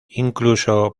incluso